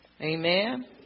Amen